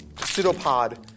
pseudopod